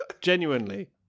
Genuinely